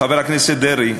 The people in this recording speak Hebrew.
חבר הכנסת דרעי,